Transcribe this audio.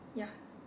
ya